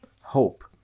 Hope